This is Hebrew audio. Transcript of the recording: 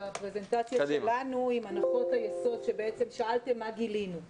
אתה העלית נקודה משמעותית הגמישות פה היא חלק מאוד מאוד משמעותי.